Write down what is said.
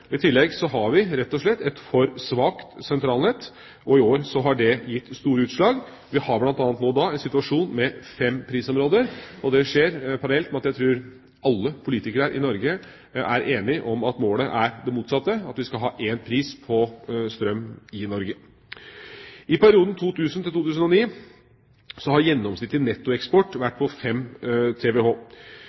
vinteren. I tillegg har vi rett og slett et for svakt sentralnett, og i år har det gitt store utslag. Vi har bl.a. nå en situasjon med fem prisområder. Det skjer parallelt med at jeg tror at alle politikere i Norge er enige om at målet er det motsatte – at vi skal ha én pris på strøm i Norge. I perioden 2000–2009 har gjennomsnittlig nettoeksport vært på 5 TWh.